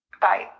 Bye